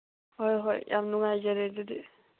ꯍꯣꯏ ꯍꯣꯏ ꯌꯥꯝ ꯅꯨꯡꯉꯥꯏꯖꯔꯦ ꯑꯗꯨꯗꯤ